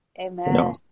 Amen